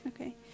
Okay